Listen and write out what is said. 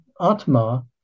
Atma